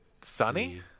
Sunny